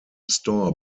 store